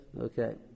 Okay